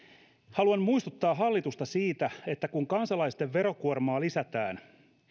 haluan muistuttaa hallitusta siitä että kun kansalaisten verokuormaa lisätään